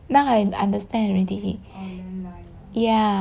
now I understand already ya